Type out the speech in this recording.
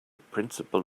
principle